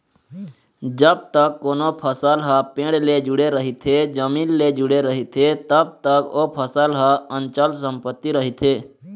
जब तक कोनो फसल ह पेड़ ले जुड़े रहिथे, जमीन ले जुड़े रहिथे तब तक ओ फसल ह अंचल संपत्ति रहिथे